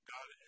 God